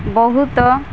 ବହୁତ